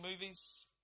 movies